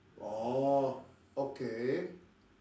orh okay